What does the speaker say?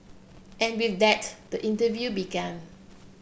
and with that the interview began